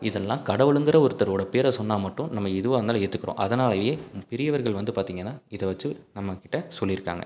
இதெல்லாம் கடவுளுங்கிற ஒருத்தரோட பேரை சொன்னால் மட்டும் நம்ம எதுவாக இருந்தாலும் ஏற்றுக்குறோம் அதனாலேயே பெரியவர்கள் வந்து பார்த்திங்கன்னா இதைவச்சு நம்மக்கிட்ட சொல்லியிருக்காங்க